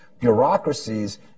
bureaucracies